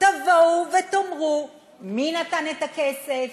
תבואו ותאמרו מי נתן את הכסף,